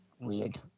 weird